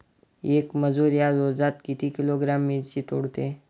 येक मजूर या रोजात किती किलोग्रॅम मिरची तोडते?